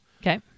okay